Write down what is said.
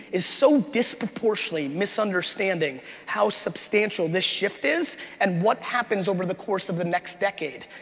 is so disproportionately misunderstanding how substantial this shift is and what happens over the course of the next decade.